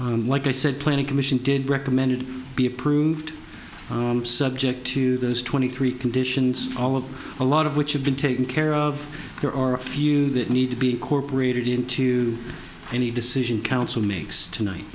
plan like i said planning commission did recommended be approved subject to those twenty three conditions all of a lot of which have been taken care of there are a few that need to be corporate into any decision council makes tonight